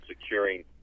securing